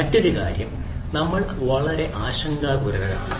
മറ്റൊരു കാര്യം നമ്മൾ വളരെ ആശങ്കാകുലരാണ്